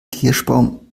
kirschbaum